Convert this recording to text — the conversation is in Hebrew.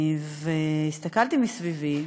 והסתכלתי מסביבי,